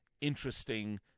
interesting